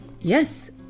Yes